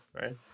right